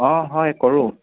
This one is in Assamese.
অঁ হয় কৰোঁ